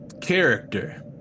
character